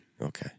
Okay